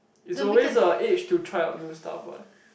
is always a age to try out new stuff what